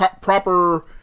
proper